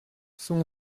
son